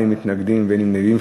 אין מתנגדים ואין נמנעים.